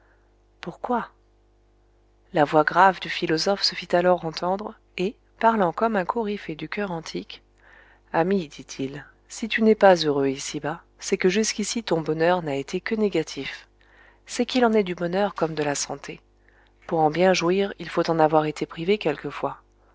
pourquoi la voix grave du philosophe se fit alors entendre et parlant comme un coryphée du choeur antique ami dit-il si tu n'es pas heureux ici-bas c'est que jusqu'ici ton bonheur n'a été que négatif c'est qu'il en est du bonheur comme de la santé pour en bien jouir il faut en avoir été privé quelquefois